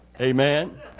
Amen